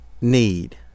need